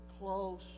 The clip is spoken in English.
close